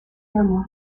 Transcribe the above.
hameau